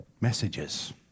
messages